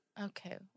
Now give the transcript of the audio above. Okay